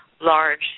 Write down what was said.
large